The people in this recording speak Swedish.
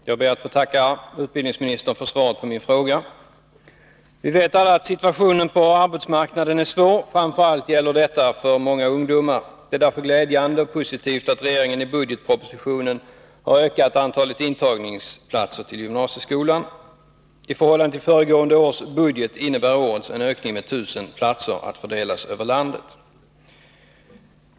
Herr talman! Jag ber att få tacka utbildningsministern för svaret på min fråga. Vi vet alla att situationen på arbetsmarknaden är svår. Framför allt gäller detta för många ungdomar. Det är därför glädjande och positivt att regeringen i budgetpropositionen har ökat antalet intagningsplatser i gymnasieskolan. I förhållande till föregående års budget innebär årets en ökning med 1 000 platser att fördelas över landet.